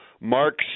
Mark